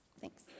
Thanks